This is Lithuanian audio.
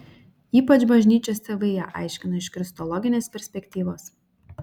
ypač bažnyčios tėvai ją aiškino iš kristologinės perspektyvos